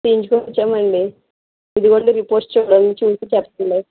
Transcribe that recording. చూయించుకొచ్చాం అండి ఇదిగోండి రిపోర్ట్స్ చూడండి చూసి చెప్పండి